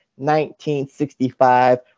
1965